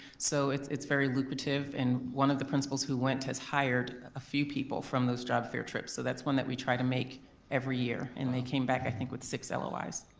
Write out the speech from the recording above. so it's it's very lucrative and one of the principals who went has hired a few people from those job fair trips. so that's one that we try to make every year and they came back i think with six lois.